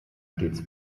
stets